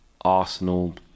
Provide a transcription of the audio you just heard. Arsenal